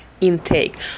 intake